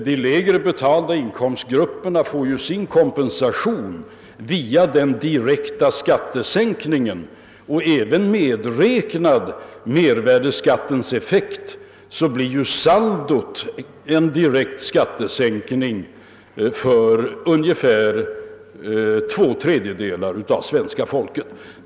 De lägre betalda inkomstgrupperna får ju sin kompensation via den direkta skattesänkningen. Även om mervärdeskattens effekt medräknas, blir ju saldot en direkt skattesänkning för ungefär två tredjedelar av svenska folket.